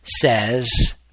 says